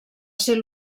ser